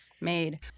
made